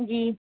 جی